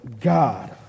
god